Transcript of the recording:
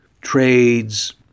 trades